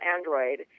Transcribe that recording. Android